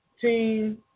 team